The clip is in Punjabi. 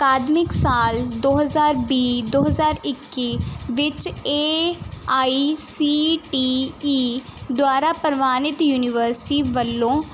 ਅਕਾਦਮਿਕ ਸਾਲ ਦੋ ਹਜ਼ਾਰ ਵੀਹ ਦੋ ਹਜ਼ਾਰ ਇੱਕੀ ਵਿੱਚ A I C T E ਦੁਆਰਾ ਪ੍ਰਵਾਣਿਤ ਯੂਨੀਵਰਸਿਟੀ ਵੱਲੋਂ